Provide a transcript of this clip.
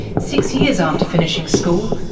six years after finishing school,